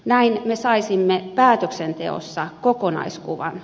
näin me saisimme päätöksenteossa kokonaiskuvan